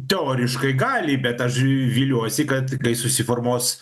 teoriškai gali bet aš viliuosi kad kai susiformuos